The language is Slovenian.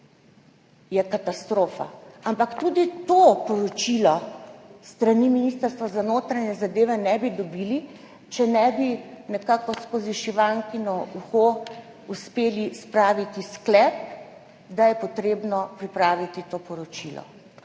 je katastrofa. Ampak tudi to poročilo s strani Ministrstva za notranje zadeve ne bi dobili, če ne bi nekako skozi šivankino uho uspeli spraviti sklep, da je treba pripraviti to poročilo.